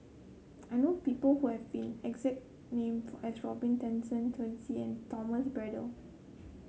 I know people who have fin exact name for as Robin Tessensohn Twisstii and Thomas Braddell